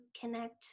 connect